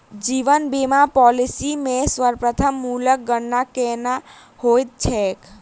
जीवन बीमा पॉलिसी मे समर्पण मूल्यक गणना केना होइत छैक?